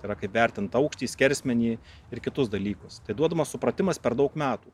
yra kaip vertint aukštį skersmenį ir kitus dalykus tai duodamas supratimas per daug metų